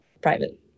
private